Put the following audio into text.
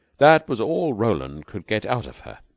that was all roland could get out of her.